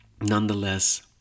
nonetheless